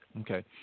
Okay